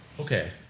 okay